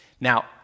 Now